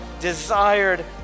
desired